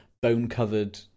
bone-covered